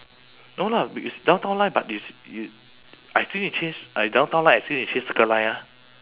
no lah it's downtown line but it's i~ I think need change I downtown line I still need change circle line ah